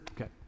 Okay